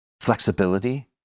Flexibility